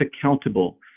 accountable